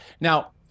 Now